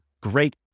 great